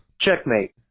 checkmate